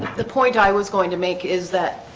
the point i was going to make is that